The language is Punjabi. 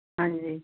ਹਾਂਜੀ